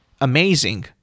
amazing